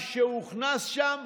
מה שהוכנס שם: